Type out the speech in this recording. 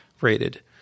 rated